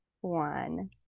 one